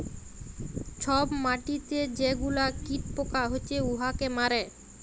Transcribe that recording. ছব মাটিতে যে গুলা কীট পকা হছে উয়াকে মারে